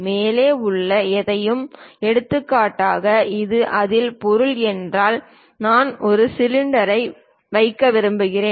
மேலே உள்ள எதையும் எடுத்துக்காட்டாக இது அதில் பொருள் என்றால் நான் ஒரு சிலிண்டரை வைக்க விரும்புகிறேன்